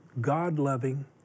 god-loving